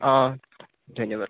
অঁ ধন্যবাদ